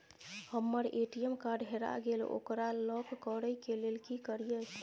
हमर ATM card हेरा गेल ओकरा लॉक करै के लेल की करियै?